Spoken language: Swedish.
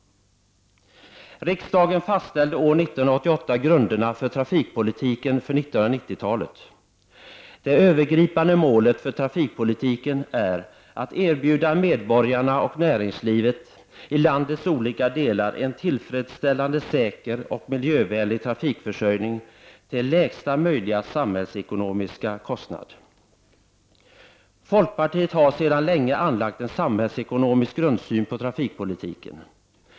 Riksdagen fastställde år 1988 grunderna för trafikpolitiken för 1990-talet. Det övergripande målet för trafikpolitiken är att erbjuda medborgarna och näringslivet i landets olika delar en tillfredsställande, säker och miljövänlig trafikförsörjning till lägsta möjliga samhällsekonomiska kostnad. Folkpartiet har sedan länge anlagt en samhällsekonomisk grundsyn på trafikpolitiken.